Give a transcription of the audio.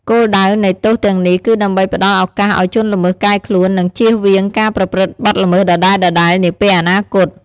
គោលដៅនៃទោសទាំងនេះគឺដើម្បីផ្តល់ឱកាសឲ្យជនល្មើសកែខ្លួន និងជៀសវាងការប្រព្រឹត្តបទល្មើសដដែលៗនាពេលអនាគត។